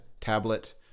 tablet